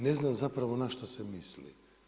Ne znam zapravo na što se misli?